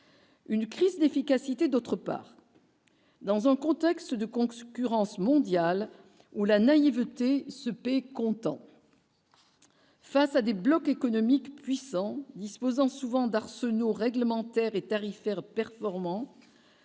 une crise d'efficacité, d'autre part, dans un contexte de concurrence mondiale ou la naïveté se paye comptant face à des blocs économiques puissants disposant souvent d'arsenaux réglementaire et tarifaires performant,